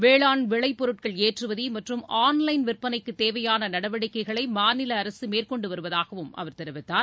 வேளான் விளைபொருட்கள் ஏற்றுமதி மற்றும் ஆள்வைன் விற்பனைக்கு தேவையான நடவடிக்கைகளை மாநில அரசு மேற்கொண்டு வருவதாகவும் அவர் தெரிவித்தார்